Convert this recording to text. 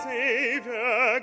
Savior